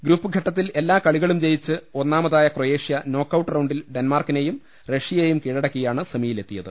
group ഘട്ടത്തിൽ എല്ലാ കളികളും ജയിച്ച ഒന്നാമതായ ക്രൊയേഷ്യ നോക്കൌട്ട് റൌണ്ടിൽ ഡെന്മാർക്കിനെയും റഷ്യയെയും കീഴടക്കിയാണ് സെമിയിലെത്തി യത്